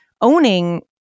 owning